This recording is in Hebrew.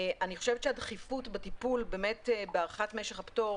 אני חושבת שהדחיפות בטיפול בהארכת משך הפטור